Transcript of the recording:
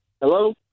Hello